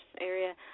area